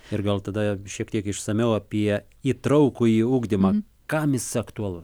ir gal tada šiek tiek išsamiau apie įtrauktųjį ugdymą kam jis aktualu